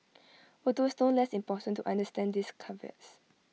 although it's no less important to understand these caveats